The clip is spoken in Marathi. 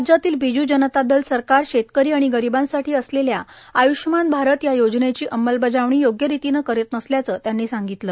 राज्यातील बिजू जनता दल सरकार शेतकरी आणि गरिबांसाठी असलेल्या आय्ष्यमान भारत या योजनेची अंमलबजावणी योग्य रितीनं करीत नसल्याचं त्यांनी सांगितलं